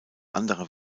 anderer